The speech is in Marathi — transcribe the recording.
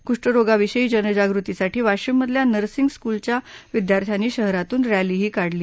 कुष्ठरोगाविषयी जनजागृतीसाठी वाशिममधल्या नर्सिंग स्कुलच्या विद्यार्थ्यांनी शहरातून रस्तीही काढली